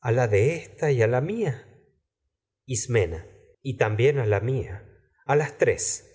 a la de ésta y a la mía tragedias de sófocles ismena edipo y también a la mía a las tres